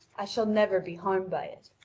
i shall never be harmed by it.